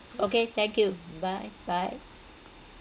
okay thank you bye bye